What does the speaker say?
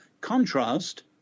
contrast